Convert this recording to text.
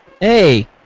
Hey